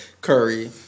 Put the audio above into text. Curry